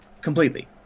Completely